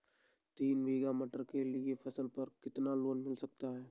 तीन बीघा मटर के लिए फसल पर कितना लोन मिल सकता है?